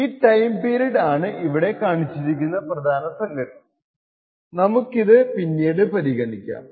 ഈ time period ആണ് ഇവിടെ കാണിച്ചിരിക്കുന്ന പ്രധാന സംഗതി നമ്മൾക്കിത് പിന്നീട് പരിഗണിക്കാം